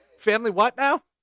family what now?